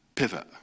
pivot